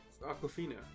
Aquafina